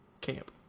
camp